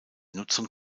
nutzung